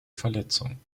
verletzung